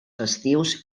festius